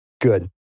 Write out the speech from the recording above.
good